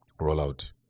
rollout